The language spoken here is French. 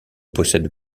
possède